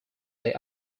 they